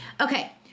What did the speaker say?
Okay